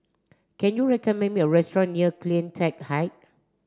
can you recommend me a restaurant near CleanTech Height